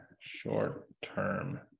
short-term